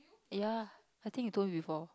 ya I think you told me before